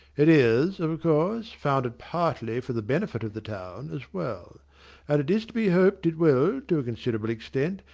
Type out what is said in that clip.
it is, of course, founded partly for the benefit of the town, as well and it is to be hoped it will to a considerable extent,